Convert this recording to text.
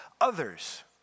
others